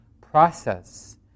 process